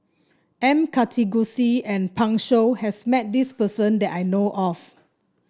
M Karthigesu and Pan Shou has met this person that I know of